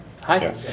Hi